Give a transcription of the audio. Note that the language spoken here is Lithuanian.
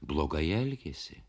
blogai elgėsi